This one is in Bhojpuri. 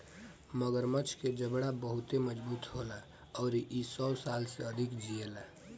मगरमच्छ के जबड़ा बहुते मजबूत होला अउरी इ सौ साल से अधिक जिएला